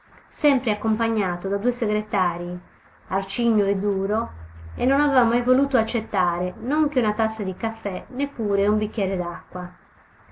sempre accompagnato dai due segretarii arcigno e duro e non aveva mai voluto accettare non che una tazza di caffè neppure un bicchier